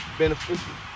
beneficial